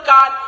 God